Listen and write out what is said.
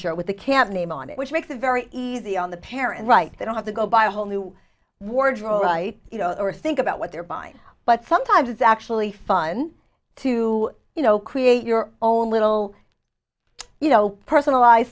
shirt with the camp name on it which makes it very easy on the parent right they don't have to go buy a whole new wardrobe right you know or think about what they're buying but sometimes it's actually fun to you know create your own little you know personalize